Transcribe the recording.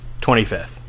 25th